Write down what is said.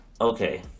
okay